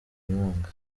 inkunga